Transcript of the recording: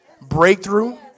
breakthrough